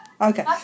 okay